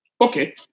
Okay